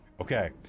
Okay